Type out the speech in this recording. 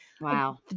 Wow